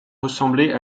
ressemblait